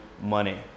money